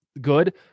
good